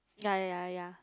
ya ya ya